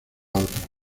otra